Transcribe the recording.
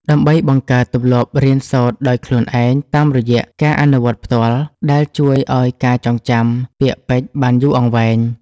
ដើម្បីបង្កើតទម្លាប់រៀនសូត្រដោយខ្លួនឯងតាមរយៈការអនុវត្តផ្ទាល់ ដែលជួយឱ្យការចងចាំពាក្យពេចន៍បានយូរអង្វែង។